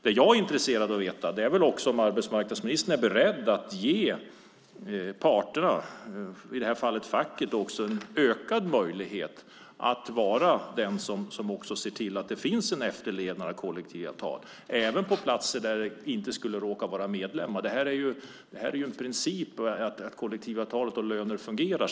Det jag är intresserad av att veta är om arbetsmarknadsministern är beredd att ge facket en ökad möjlighet att se till att det finns en efterlevnad av kollektivavtalen även när det råkar vara på arbetsplatser där det inte finns några medlemmar. Det är en princip att ha kollektivavtal och löner som fungerar.